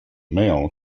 mail